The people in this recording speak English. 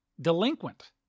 delinquent